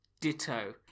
ditto